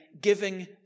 giving